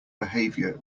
behavior